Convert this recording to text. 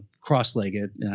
cross-legged